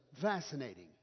fascinating